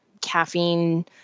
caffeine